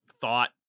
thought